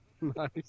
Nice